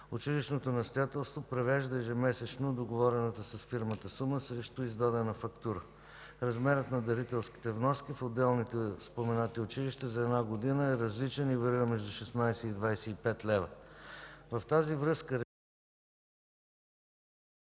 Училищното настоятелство превежда ежемесечно договорената с фирмата сума срещу издадена фактура. Размерът на дарителските вноски в отделните споменати училища за една година е различен и варира между 16 и 25 лв.